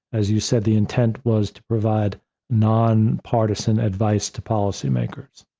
as you said, the intent was to provide nonpartisan advice to policymakers.